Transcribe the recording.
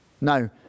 No